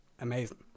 amazing